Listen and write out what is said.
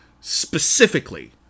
Specifically